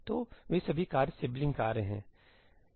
तो वे सभी कार्य सिबलिंग कार्य हैं